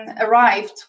arrived